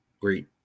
great